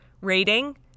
rating